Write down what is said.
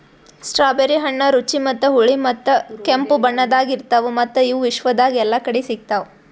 strawberry ಹಣ್ಣ ರುಚಿ ಮತ್ತ ಹುಳಿ ಮತ್ತ ಕೆಂಪು ಬಣ್ಣದಾಗ್ ಇರ್ತಾವ್ ಮತ್ತ ಇವು ವಿಶ್ವದಾಗ್ ಎಲ್ಲಾ ಕಡಿ ಸಿಗ್ತಾವ್